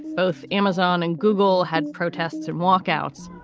both amazon and google had protests and walkouts